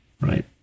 right